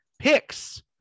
picks